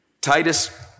Titus